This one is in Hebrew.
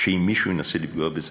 שאם מישהו ינסה לפגוע בזה,